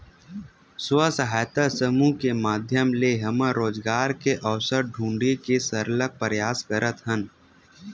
स्व सहायता समूह के माधियम ले हमन रोजगार के अवसर ढूंढे के सरलग परयास करत हन